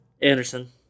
Anderson